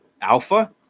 alpha